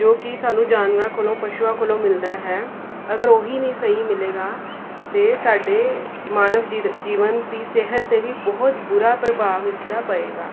ਜੋ ਕਿ ਸਾਨੂੰ ਜਾਨਵਰਾਂ ਕੋਲੋਂ ਪਸ਼ੂਆਂ ਕੋਲੋਂ ਮਿਲਦਾ ਹੈ ਅਗਰ ਉਹੀ ਨਹੀਂ ਸਹੀ ਮਿਲੇਗਾ ਤਾਂ ਸਾਡੇ ਮਾਨਵ ਜੀਵਨ ਦੀ ਸਿਹਤ 'ਤੇ ਵੀ ਬਹੁਤ ਬੁਰਾ ਪ੍ਰਭਾਵ ਇਸ ਦਾ ਪਏਗਾ